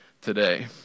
today